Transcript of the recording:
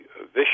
vicious